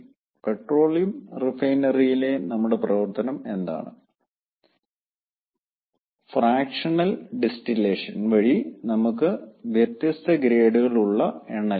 petroleum റിഫൈനറിയിലെ നമ്മുടെ പ്രവർത്തനം എന്താണ് ഫ്രാക്ഷണൽ ഡിസ്റ്റിലേഷൻ വഴി നമുക്ക് വ്യത്യസ്ത ഗ്രേഡുകൾ ഉള്ള എണ്ണ ലഭിക്കും